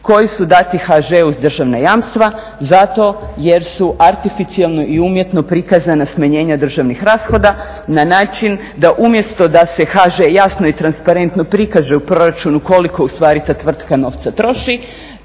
koji su dati HŽ-u uz državna jamstva jer su artificijelno i umjetno prikazana smanjenja državnih rashoda na način da umjesto da se HŽ jasno i transparentno prikaže u proračunu koliko u stvari ta tvrtka novca troši